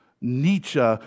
Nietzsche